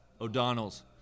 O'Donnell's